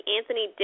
Anthony